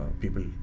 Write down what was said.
people